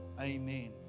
amen